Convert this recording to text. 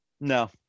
no